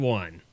one